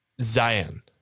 Zion